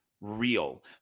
real